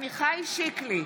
עמיחי שיקלי,